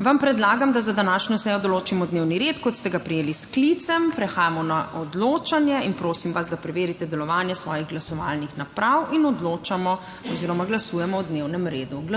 vam predlagam, da za današnjo sejo določimo dnevni red kot ste ga prejeli s sklicem. Prehajamo na odločanje in prosim vas, da preverite delovanje svojih glasovalnih naprav. In odločamo oziroma glasujemo o dnevnem redu. Glasujemo.